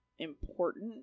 important